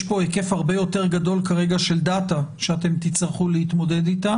פה היקף הרבה יותר גדול של דאטה שתצטרכו להתמודד איתו.